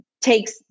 takes